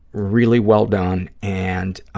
really well done, and